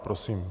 Prosím.